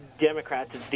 Democrats